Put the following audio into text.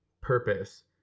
purpose